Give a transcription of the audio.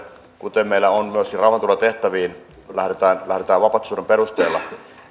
kuten meillä myöskin rauhanturvatehtäviin lähdetään vapaaehtoisuuden perusteella